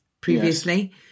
previously